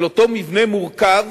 של אותו מבנה מורכב